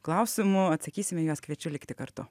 klausimų atsakysim į juos kviečiu likti kartu